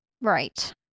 Right